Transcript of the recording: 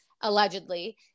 allegedly